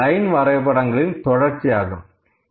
இது லைன் வரைபடங்களின் தொடர்ச்சியாகும்